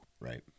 Right